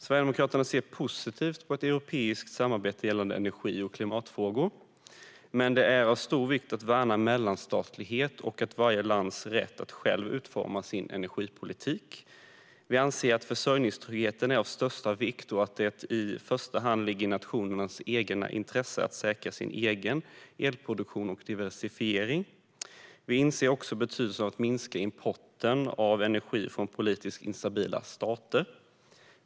Sverigedemokraterna ser positivt på ett europeiskt samarbete gällande energi och klimatfrågor. Men det är av stor vikt att värna mellanstatlighet och varje lands rätt att självt utforma sin energipolitik. Vi anser att försörjningstryggheten är av största vikt och att det i första hand ligger i nationernas intresse att säkra sin egen elproduktion och diversifiering. Vi inser också betydelsen av att minska importen av energi från politiskt instabila stater.